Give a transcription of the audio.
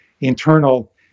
internal